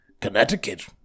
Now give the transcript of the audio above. Connecticut